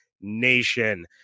nation